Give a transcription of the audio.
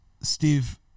Steve